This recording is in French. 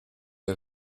les